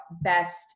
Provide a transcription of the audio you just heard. best